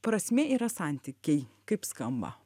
prasmė yra santykiai kaip skamba